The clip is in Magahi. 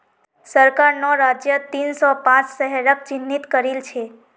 सरकार नौ राज्यत तीन सौ पांच शहरक चिह्नित करिल छे